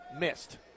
missed